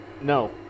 no